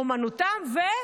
אומנותם ו-?